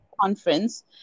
conference